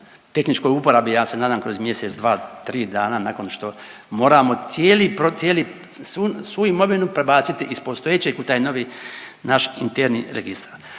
tehničkoj uporabi, ja se nadam kroz mjesec, dva, 3 dana, nakon što moramo cijeli, cijeli .../nerazumljivo/... svu imovinu prebaciti iz postojećeg u taj novi naš interni registar.